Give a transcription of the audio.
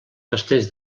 castells